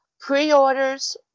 Pre-orders